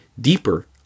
deeper